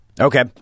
Okay